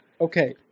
Okay